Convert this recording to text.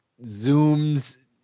zooms